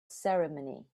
ceremony